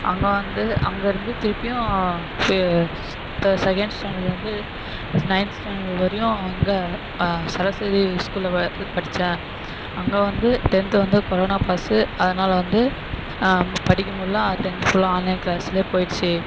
அங்கே வந்து அங்கேருந்து திருப்பியும் சே இப்போ செகண்ட் ஸ்டாண்டர்ட்லேருந்து நயன்த் ஸ்டாண்டர்ட் வரையும் இங்கே சரஸ்வதி ஸ்கூலில் படித்தேன் அங்கே வந்து டென்த் வந்து கொரோனா பாஸ்ஸு அதனால வந்து படிக்க முடியல டென்த் ஃபுல்லாக ஆன்லைன் க்ளாஸில் போயிடுத்து